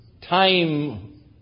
time